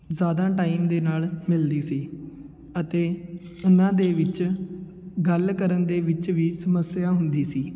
ਜ਼ਿਆਦਾ ਟਾਈਮ ਦੇ ਨਾਲ ਮਿਲਦੀ ਸੀ ਅਤੇ ਉਹਨਾਂ ਦੇ ਵਿੱਚ ਗੱਲ ਕਰਨ ਦੇ ਵਿੱਚ ਵੀ ਸਮੱਸਿਆ ਹੁੰਦੀ ਸੀ